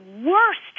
worst